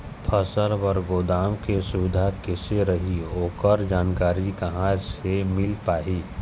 फसल बर गोदाम के सुविधा कैसे रही ओकर जानकारी कहा से मिल पाही?